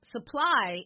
Supply